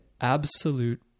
absolute